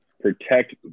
protect